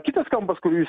kitas kampas kurį jūs